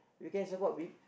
you can support with